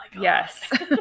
yes